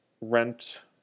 rent